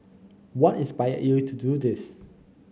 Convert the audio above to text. what inspired you to do this